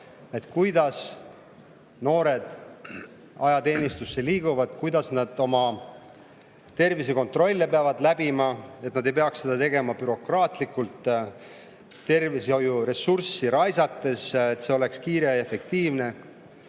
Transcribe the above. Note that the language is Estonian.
kuidas noored ajateenistusse liiguvad, kuidas nad tervisekontrolle peavad läbima, et nad ei peaks seda tegema bürokraatlikult, tervishoiuressurssi raisates, et see oleks kiire ja efektiivne;